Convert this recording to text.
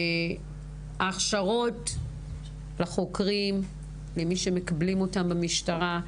ההכשרות לחוקרים, למי שמקבלים אותן במשטרה,